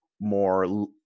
more